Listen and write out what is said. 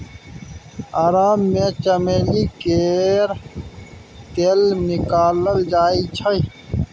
अरब मे चमेली केर तेल निकालल जाइ छै